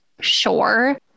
sure